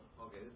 Okay